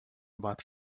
about